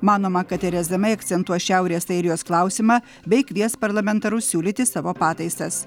manoma kad tereza mei akcentuos šiaurės airijos klausimą bei kvies parlamentarus siūlyti savo pataisas